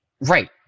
Right